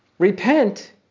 Repent